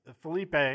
Felipe